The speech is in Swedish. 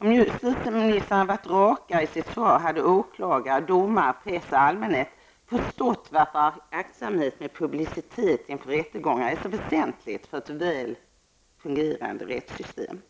Om justitieministern hade varit rakare i sitt svar hade åklagare, domare, press och allmänhet förstått varför aktsamhet med publicitet inför rättegångar är så väsentlig för ett väl fungerande rättssystem.